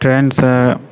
ट्रेनसँ